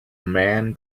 man